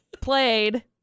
played